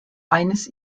eines